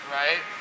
right